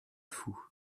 fou